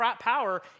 power